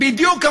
בדיוק.